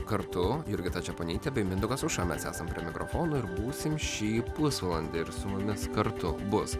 kartu jurgita čeponytė bei mindaugas aušra mes esam mikrofonų ir būsim šį pusvalandį ir su mumis kartu bus